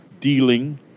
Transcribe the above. dealing